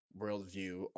worldview